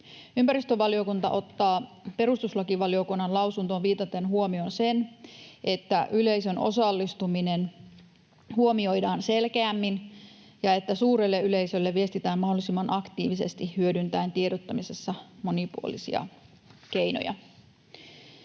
Ympäristövaliokunta ottaa perustuslakivaliokunnan lausuntoon viitaten huomioon sen, että yleisön osallistuminen huomioidaan selkeämmin ja että suurelle yleisölle viestitään mahdollisimman aktiivisesti hyödyntäen tiedottamisessa monipuolisia keinoja.